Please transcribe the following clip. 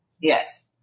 Yes